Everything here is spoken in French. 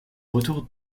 retour